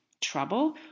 trouble